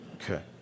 Okay